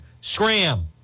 Scram